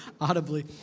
audibly